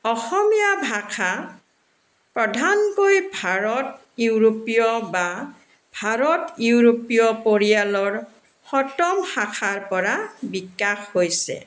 অসমীয়া ভাষা প্ৰধানকৈ ভাৰত ইউৰোপীয় বা ভাৰত ইউৰোপীয় পৰিয়ালৰ সতম শাখাৰ পৰা বিকাশ হৈছে